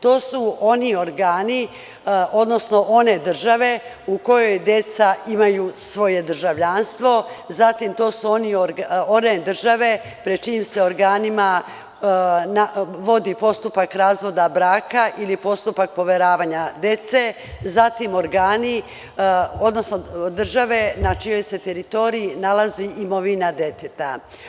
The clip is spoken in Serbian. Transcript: To su oni organi, odnosno one države u kojoj deca imaju svoje državljanstvo, zatim one države pred čijim se organima vodi postupak razvoda braka ili postupak poveravanja dece, zatim organi, odnosno države na čijoj se teritoriji nalazi imovina deteta.